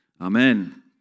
Amen